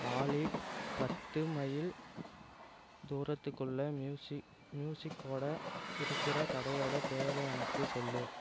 ஆலி பத்து மைல் தூரத்துக்குள்ளே மியூசிக்கோடு இருக்கிற கடையோட பேர் எனக்கு சொல்